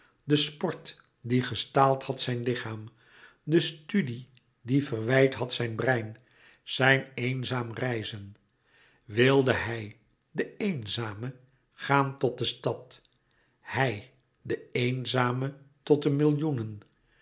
de sport die gestaald had zijn lichaam de studie die verwijd had zijn brein zijn eenzaam reizen wilde hij de eenzame gaan tot de stad hij de eenzame tot de millioenen